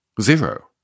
zero